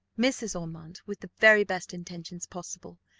mrs. ormond, with the very best intentions possible,